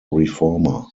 reformer